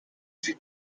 you